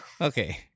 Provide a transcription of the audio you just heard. Okay